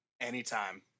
anytime